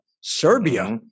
Serbia